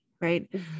right